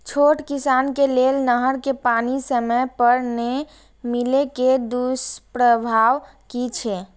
छोट किसान के लेल नहर के पानी समय पर नै मिले के दुष्प्रभाव कि छै?